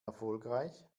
erfolgreich